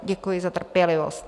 Děkuji za trpělivost.